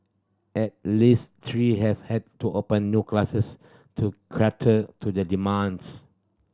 at least three have had to open new classes to cater to the demands